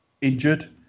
injured